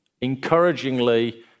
encouragingly